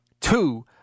two